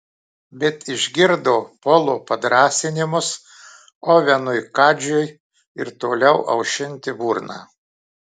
bet išgirdo polo padrąsinimus ovenui kadžiui ir toliau aušinti burną